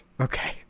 Okay